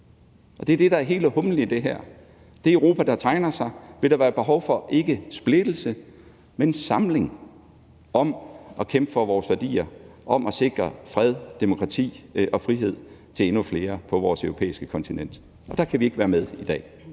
det er det, der er hele humlen i det her. I det Europa, der tegner sig, vil der være behov for ikke splittelse, men samling om at kæmpe for vores værdier, om at sikre fred, demokrati og frihed til endnu flere på vores europæiske kontinent, og derfor kan vi ikke være med i dag.